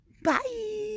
Bye